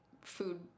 food